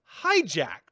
hijacked